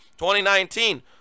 2019